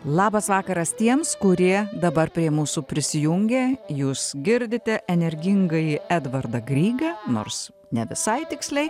labas vakaras tiems kurie dabar prie mūsų prisijungė jūs girdite energingąjį edvardą grygą nors ne visai tiksliai